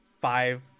five